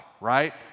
right